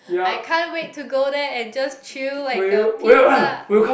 I can't wait to go there and just chill like a pizza